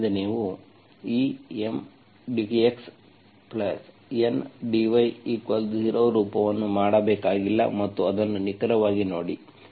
ಆದ್ದರಿಂದ ಇದು ನೀವು ಈ M dxN dy0 ರೂಪವನ್ನು ಮಾಡಬೇಕಾಗಿಲ್ಲ ಮತ್ತು ಅದನ್ನು ನಿಖರವಾಗಿ ನೋಡಿ